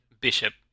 Bishop